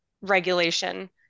regulation